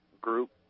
group